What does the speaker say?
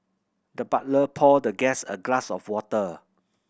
the butler poured the guest a glass of water